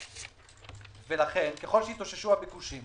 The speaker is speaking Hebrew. לכן ככל שיתאוששו הביקושים